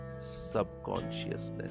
subconsciousness